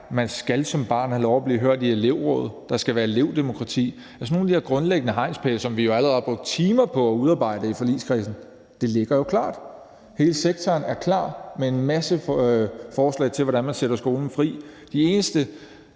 man skal som barn have lov til at blive hørt i elevrådet; der skal være elevdemokrati. Det er altså nogle af de her grundlæggende hegnspæle, som vi allerede har brugt timer på at udarbejde i forligskredsen. Det ligger jo klar! Hele sektoren er klar med en masse forslag til, hvordan man sætter skolen fri. De eneste,